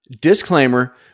Disclaimer